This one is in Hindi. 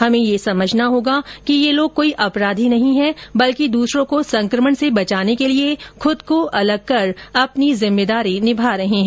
हमें ये समझाना होगा कि ये लोग कोई अपराधी नहीं है बल्कि दूसरों को संकमण से बचाने के लिए खुद को अलग कर अपनी जिम्मेदारी निभा रहे है